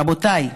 רבותיי,